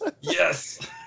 Yes